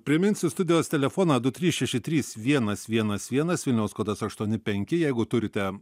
priminsiu studijos telefoną du trys šeši trys vienas vienas vienas vilniaus kodas aštuoni penki jeigu turite